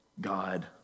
God